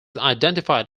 identified